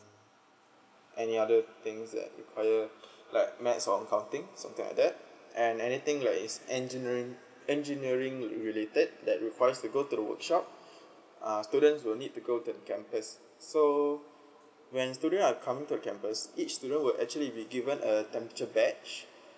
any other things that require like math or accounting somethings like that and anything like engineering engineering related that required to go to the workshop uh students will need to go to campus so when student are coming to the campus each student were actually be given a temperature batch